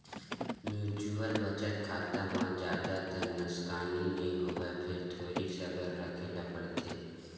mutual बचत खाता म जादातर नसकानी नइ होवय फेर थोरिक सबर राखे ल परथे